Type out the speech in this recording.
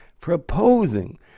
proposing